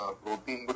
protein